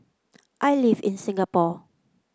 I live in Singapore